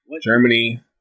Germany